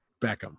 Beckham